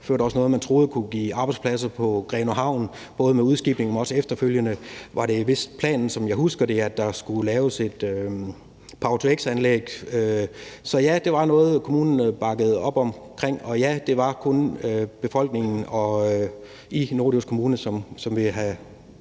øvrigt også noget, man troede kunne give arbejdspladser på Grenaa Havn, både med udskibning, men også med efterfølgende, var det vist planen, som jeg husker det, at lave et power-to-x-anlæg. Så ja, det var noget, kommunen bakkede op om. Og ja, det var kun befolkningen i Norddjurs Kommune, som ville have